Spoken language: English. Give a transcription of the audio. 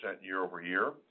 year-over-year